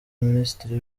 minisitiri